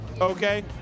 Okay